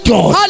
God